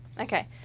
Okay